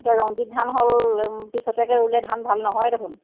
এতিয়া ৰঞ্জিতধান হ'ল পিছতিয়াকৈ ৰুলে ধান ভাল নহয়ে দেখোন